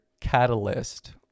catalyst